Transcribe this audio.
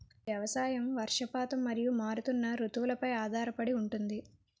వ్యవసాయం వర్షపాతం మరియు మారుతున్న రుతువులపై ఆధారపడి ఉంటుంది